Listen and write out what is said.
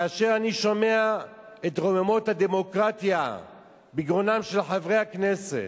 כאשר אני שומע את רוממות הדמוקרטיה בגרונם של חברי הכנסת,